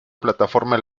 plataforma